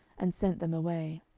and sent them away.